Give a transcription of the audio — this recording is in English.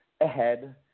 ahead